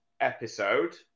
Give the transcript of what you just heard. episode